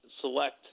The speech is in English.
select